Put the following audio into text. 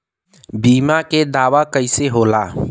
बीमा के दावा कईसे होला?